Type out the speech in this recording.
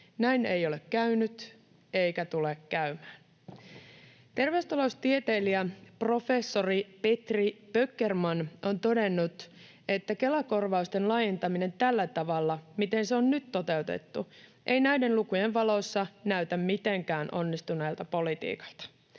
Näin ei ole käynyt eikä tule käymään. Terveystaloustieteilijä, professori Petri Böckerman on todennut, että Kela-korvausten laajentaminen tällä tavalla, miten se on nyt toteutettu, ei näiden lukujen valossa näytä mitenkään onnistuneelta politiikalta,